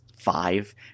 five